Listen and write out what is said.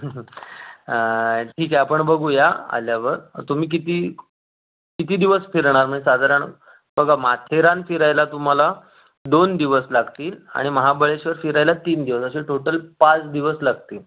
ठीक आहे आपण बघू या आल्यावर तुम्ही किती किती दिवस फिरणार म्हणजे साधारण बघा माथेरान फिरायला तुम्हाला दोन दिवस लागतील आणि महाबळेश्वर फिरायला तीन दिवस असे टोटल पाच दिवस लागतील